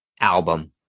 album